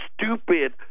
stupid